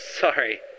Sorry